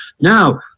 Now